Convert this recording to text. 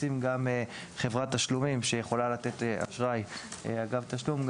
מכניסים גם חברת תשלומים שיכולה לתת אשראי אגב תשלום.